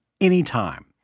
anytime